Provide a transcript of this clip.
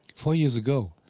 four years ago,